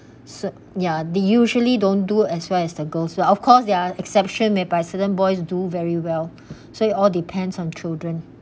so ya they usually don't do as well as the girls well of course there are exceptions maybe certain boys do very well so it all depends on children